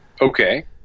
Okay